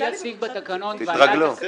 על פי הסעיף בתקנון, ועדת